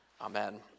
Amen